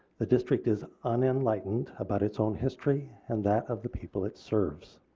the district is unenlightened about its own history and that of the people it serves.